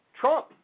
Trump